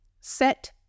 set